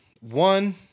one